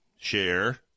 share